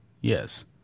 yes